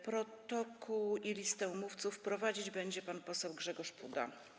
Protokół i listę mówców prowadzić będzie pan poseł Grzegorz Puda.